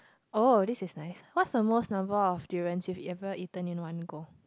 oh this is nice what's the most number of durians you've ever eaten at one go